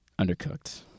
undercooked